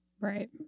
right